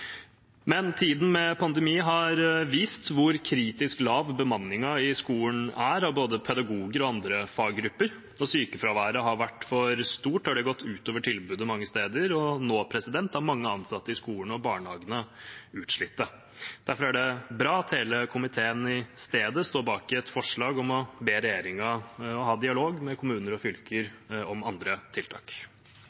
Men tiden med pandemi har vist hvor kritisk lav bemanningen i skolen er av både pedagoger og andre faggrupper, og sykefraværet har vært for stort. Det har gått ut over tilbudet mange steder, og nå er mange ansatte i skolene og barnehagene utslitte. Derfor er det bra at hele komiteen i stedet står bak et forslag om å be regjeringen å ha dialog med kommuner og fylker